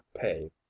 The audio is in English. pay